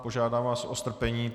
Požádám vás o strpení.